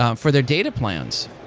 um for their data plans.